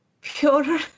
pure